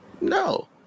No